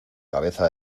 cabeza